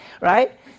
Right